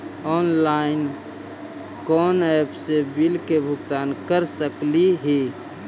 Online कोन app से bill के भुगतान कर सकली ही?